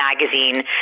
magazine